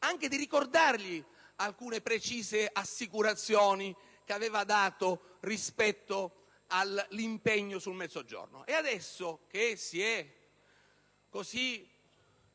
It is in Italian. anche di ricordargli alcune precise assicurazioni che aveva dato rispetto all'impegno sul Mezzogiorno. E adesso, che si è così